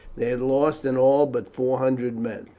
they had lost in all but four hundred men,